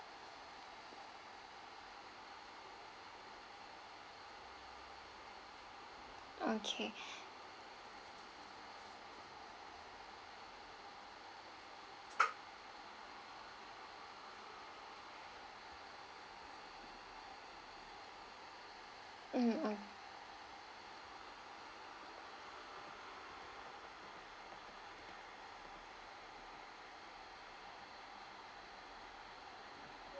okay mm mm